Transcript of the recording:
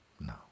No